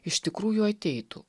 iš tikrųjų ateitų